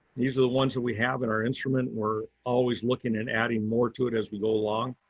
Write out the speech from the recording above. these are the ones that we have in our instrument. we're always looking at adding more to it as we go along.